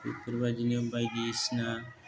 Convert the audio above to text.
बेफोरबायदिनो बायदिसिना